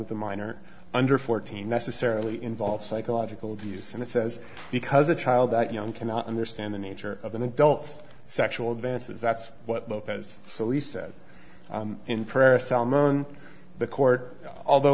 with a minor under fourteen necessarily involves psychological abuse and it says because a child that young cannot understand the nature of an adult sexual advances that's what lopez so he said in prayer selma on the court although